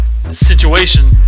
Situation